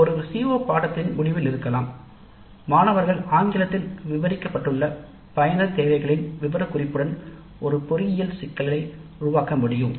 ஒரு CO பாடத் திட்டத்தின் முடிவில் இருக்கலாம் மாணவர்கள் ஆங்கிலத்தில் விவரிக்கப்பட்டுள்ள பயனர் தேவைகளின் விவரக்குறிப்புடன் ஒரு பொறியியல் சிக்கலை உருவாக்க முடியும்